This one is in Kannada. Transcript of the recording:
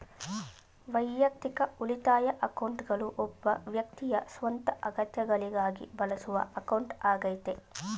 ವೈಯಕ್ತಿಕ ಉಳಿತಾಯ ಅಕೌಂಟ್ಗಳು ಒಬ್ಬ ವ್ಯಕ್ತಿಯ ಸ್ವಂತ ಅಗತ್ಯಗಳಿಗಾಗಿ ಬಳಸುವ ಅಕೌಂಟ್ ಆಗೈತೆ